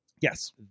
yes